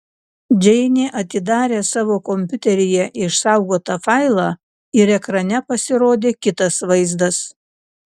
džeinė atidarė savo kompiuteryje išsaugotą failą ir ekrane pasirodė kitas vaizdas